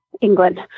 England